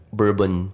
bourbon